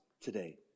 today